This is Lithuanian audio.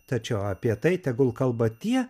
tačiau apie tai tegul kalba tie